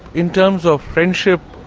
in terms of friendship,